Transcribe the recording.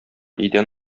идән